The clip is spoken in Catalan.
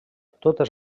totes